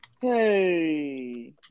Hey